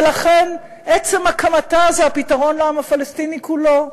ולכן עצם הקמתה זה הפתרון לעם הפלסטיני כולו.